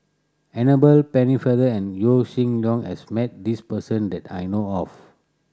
Annabel Pennefather and Yaw Shin Leong has met this person that I know of